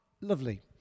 lovely